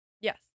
Yes